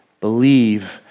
believe